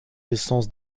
essences